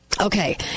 Okay